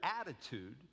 attitude